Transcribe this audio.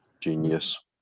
Genius